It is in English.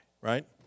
Right